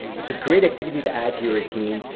it's a great activity to add your routine,